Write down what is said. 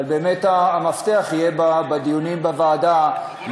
אבל באמת המפתח יהיה בדיונים בוועדה,